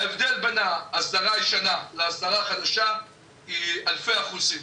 ההבדל בין ההסדרה הישנה להסדרה החדשה הוא באלפי אחוזים.